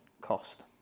cost